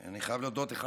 אני חייב להודות, אחד